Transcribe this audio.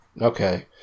Okay